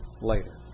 later